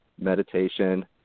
meditation